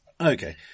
Okay